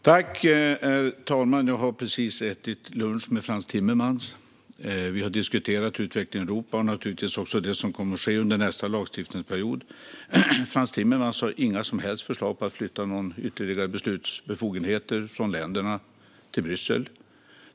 Herr talman! Jag har precis ätit lunch med Frans Timmermans. Vi diskuterade utvecklingen i Europa och naturligtvis också det som kommer att ske under nästa lagstiftningsperiod. Frans Timmermans har inga som helst förslag på att flytta några ytterligare beslutsbefogenheter från länderna till Bryssel.